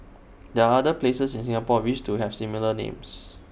there are other places in Singapore which to have similar names